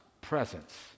presence